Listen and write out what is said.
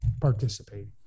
participate